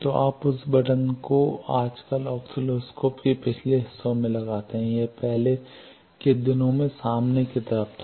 तो आप उस बटन को आजकल ऑस्किलोस्कोप के पिछले हिस्से में लगाते हैं यह पहले के दिनों में सामने की तरफ था